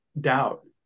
doubt